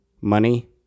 money